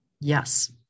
yes